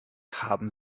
haben